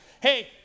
Hey